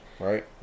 Right